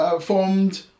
formed